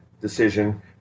decision